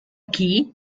qui